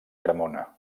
cremona